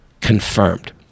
confirmed